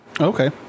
okay